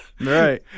Right